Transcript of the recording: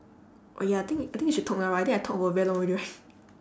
oh ya I think I think you should talk now right I think I talk for very long already right